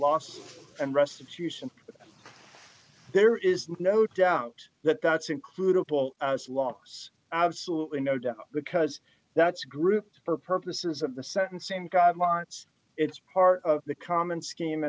loss and restitution there is no doubt that that's included paul as loss absolutely no doubt because that's a group for purposes of the nd same guidelines it's part of the common scheme